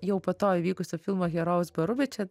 jau po to įvykusiu filmo herojaus baru bet čia